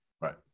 Right